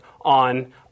on